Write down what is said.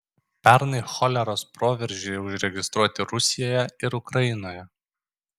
pernai choleros proveržiai užregistruoti rusijoje ir ukrainoje